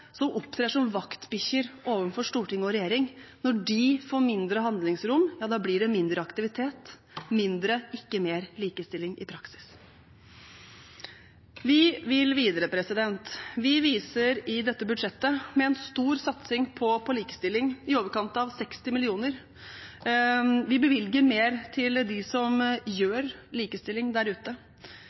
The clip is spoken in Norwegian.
opptrer som vaktbikkjer overfor storting og regjering, når de får mindre handlingsrom, blir det mindre aktivitet – mindre, ikke mer, likestilling i praksis. Vi vil videre. Vi viser det i dette budsjettet, med en stor satsing på likestilling, i overkant av 60 mill. kr. Vi bevilger mer til dem som gjør likestilling der ute